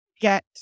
get